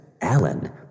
Alan